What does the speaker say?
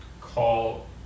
call